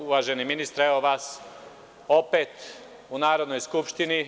Uvaženi ministre, evo vas opet u Narodnoj skupštini.